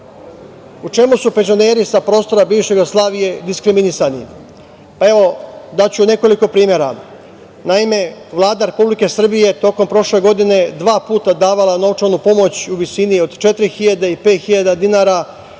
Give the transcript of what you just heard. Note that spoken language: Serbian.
čemu su penzioneri sa prostora bivše Jugoslavije diskriminisani? Pa, evo, daću nekoliko primera. Naime, Vlada Republike Srbije je tokom prošle godine dva puta davala novčanu pomoć u visini od 4.000 i 5.000 dinara za